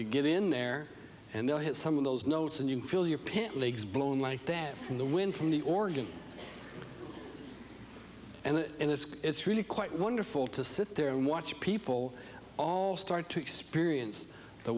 you get in there and they'll hit some of those notes and you can feel your pant legs blown like that from the wind from the organ and it's really quite wonderful to sit there and watch people all start to experience